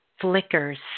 flickers